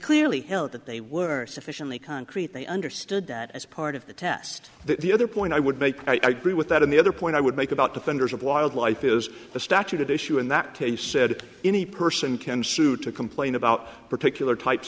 clearly felt that they were sufficiently concrete they understood that as part of the test the other point i would make i agree with that and the other point i would make about defenders of wildlife is the statute issue in that case said any person can sue to complain about particular types